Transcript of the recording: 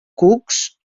cucs